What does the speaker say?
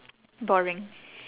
boring